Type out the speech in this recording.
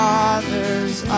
Father's